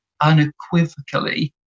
unequivocally